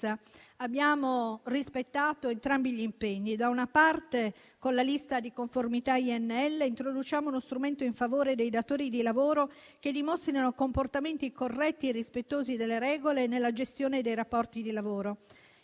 Abbiamo rispettato entrambi gli impegni. Da un lato, con la lista di conformità dell'INL, introduciamo uno strumento in favore dei datori di lavoro che dimostrino comportamenti corretti e rispettosi delle regole nella gestione dei rapporti di lavoro.